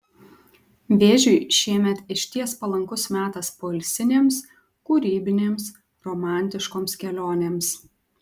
vėžiui šiemet išties palankus metas poilsinėms kūrybinėms romantiškoms kelionėms